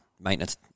maintenance